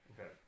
Okay